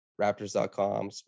raptors.com